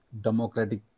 democratic